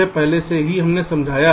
यह पहले से ही हमने समझाया है